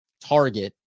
target